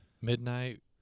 Midnight